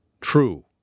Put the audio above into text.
true